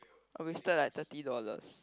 I wasted like thirty dollars